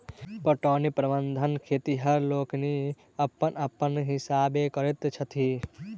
पटौनीक प्रबंध खेतिहर लोकनि अपन अपन हिसाबेँ करैत छथि